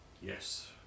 Yes